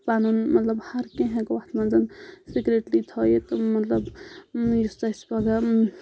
پَنُن مَطلَب ہَر کینٛہہ ہؠکو اَتھ منٛز سِکرِٹلی تھٲیِتھ مَطلَب یُس اَسہِ پَگَہہ